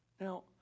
Now